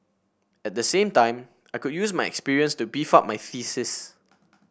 at the same time I could use my experience to beef up my thesis